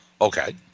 Okay